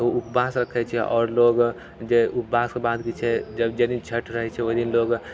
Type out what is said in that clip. ओ उपवास रखय छै आओर लोग जे उपवासके बाद जे छै जाहि दिन छैठ रहय छै ओइदिन लोग